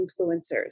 influencers